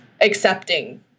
accepting